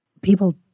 People